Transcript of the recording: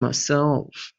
myself